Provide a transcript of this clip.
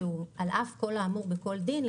שעל אף כל האמור בכל דין,